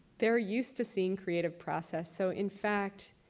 they're used to seeing creative process, so in fact,